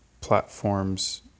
platforms